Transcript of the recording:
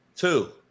Two